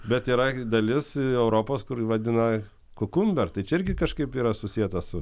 bet yra dalis europos kur vadinai kukumber tai čia irgi kažkaip yra susietas